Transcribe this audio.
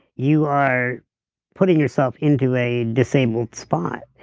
you are putting yourself into a disabled spot.